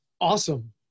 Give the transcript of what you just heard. awesome